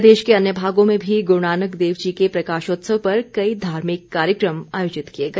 प्रदेश के अन्य भागों में भी गुरूनानक देव जी के प्रकाशोत्सव पर कई धार्मिक कार्यक्रम आयोजित किए गए